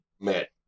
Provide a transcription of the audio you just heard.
met